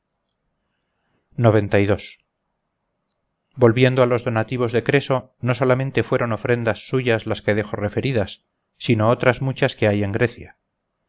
de la jonia volviendo a los donativos de creso no solamente fueron ofrendas suyas las que dejo referidas sino otras muchas que hay en grecia